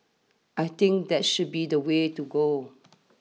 I think that should be the way to go